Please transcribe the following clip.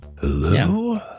Hello